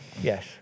Yes